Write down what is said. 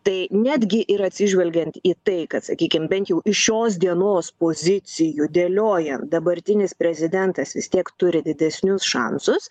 tai netgi ir atsižvelgiant į tai kad sakykim bent jau iš šios dienos pozicijų dėlioja dabartinis prezidentas vis tiek turi didesnius šansus